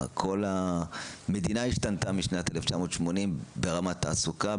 המדינה השתנתה משנת 1980 ברמת תעסוקה,